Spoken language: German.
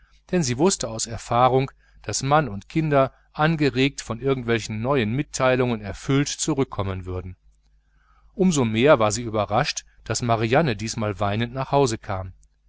denn sie wußte aus erfahrung daß mann und kinder angeregt und von irgend welchen neuen mitteilungen erfüllt zurückkommen würden um so mehr war sie überrascht daß marianne diesmal weinend nach hause kam